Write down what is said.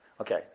Okay